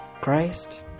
christ